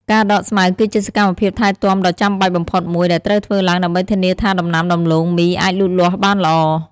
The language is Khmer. ការដកស្មៅគឺជាសកម្មភាពថែទាំដ៏ចាំបាច់បំផុតមួយ ដែលត្រូវធ្វើឡើងដើម្បីធានាថាដំណាំដំឡូងមីអាចលូតលាស់បានល្អ។